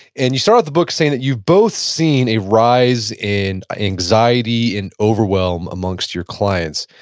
and you start off the book saying that you've both seen a rise in anxiety and overwhelm amongst your clients.